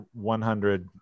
100